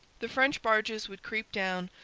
the french barges would creep down,